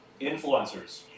influencers